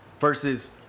Versus